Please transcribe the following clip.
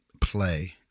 play